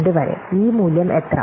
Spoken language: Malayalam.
2 വരെ ഈ മൂല്യം എത്ര